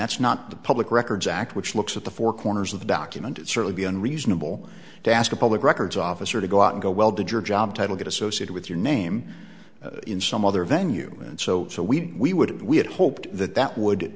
that's not the public records act which looks at the four corners of the document it sort of be unreasonable to ask a public records officer to go out and go well did your job title get associated with your name in some other venue and so so we we would we had hoped that that would